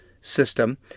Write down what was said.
system